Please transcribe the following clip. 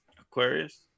Aquarius